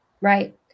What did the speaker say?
Right